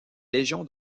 légion